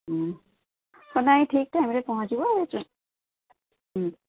ହୁଁ ନାହିଁ ଠିକ୍ ଟାଇମ୍ରେ ପହଞ୍ଚିବ ହୁଁ